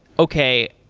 okay,